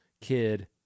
kid